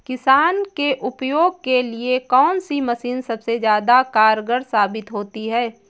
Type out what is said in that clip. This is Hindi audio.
किसान के उपयोग के लिए कौन सी मशीन सबसे ज्यादा कारगर साबित होती है?